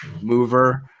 mover